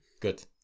Good